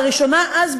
לראשונה אז,